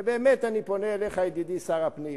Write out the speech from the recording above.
ובאמת, אני פונה אליך, ידידי שר הפנים,